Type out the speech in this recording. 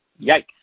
Yikes